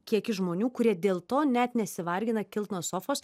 kiekis žmonių kurie dėl to net nesivargina kilt nuo sofos